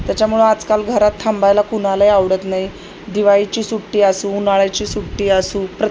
त्याच्यामुळं आजकाल घरात थांबायला कुणालाही आवडत नाही दिवाळीची सुट्टी असू उन्हाळ्याची सुट्टी असू प्रत्ये